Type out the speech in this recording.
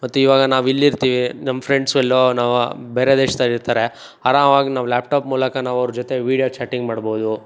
ಮತ್ತಿವಾಗ ನಾವು ಇಲ್ಲಿರ್ತಿವಿ ನಮ್ಮ ಫ್ರೆಂಡ್ಸು ಎಲ್ಲೋ ನಾವು ಬೇರೆ ದೇಶದಲ್ಲಿರ್ತಾರೆ ಆರಾಮಾಗಿ ನಾವು ಲ್ಯಾಪ್ ಟಾಪ್ ಮೂಲಕ ನಾವು ಅವ್ರ ಜೊತೆ ವೀಡಿಯೋ ಚಾಟಿಂಗ್ ಮಾಡ್ಬೋದು